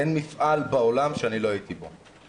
אין מפעל בעולם שלא הייתי בו.